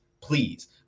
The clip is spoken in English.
Please